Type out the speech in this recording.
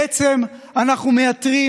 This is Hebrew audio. בעצם אנחנו מייתרים